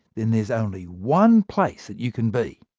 then there's only one place you can be.